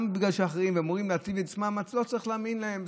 אז לא צריך להאמין להם.